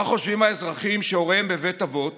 מה חושבים האזרחים שהוריהם בבית אבות